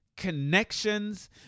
connections